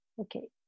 Okay